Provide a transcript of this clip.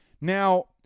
Now